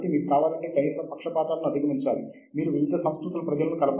కాబట్టి సాహిత్యాన్ని శోధించడానికి వివిధ వ్యూహాలు ఏమిటి